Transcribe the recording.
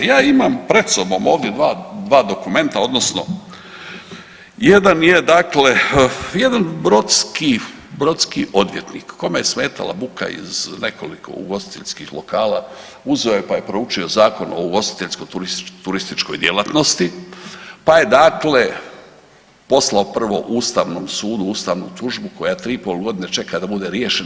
Ja imam pred sobom ovdje dva dokumenta odnosno jedan je, jedan brodski odvjetnik kome je smetala buka iz nekoliko ugostiteljskih lokala, uzeo je pa je proučio Zakon o ugostiteljsko-turističkoj djelatnosti, pa je dakle poslao prvo Ustavnom sudu ustavnu tužbu koja 3,5 godine čeka da bude riješena.